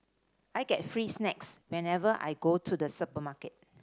I get free snacks whenever I go to the supermarket